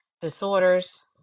disorders